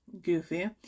goofy